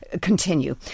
continue